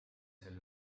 sel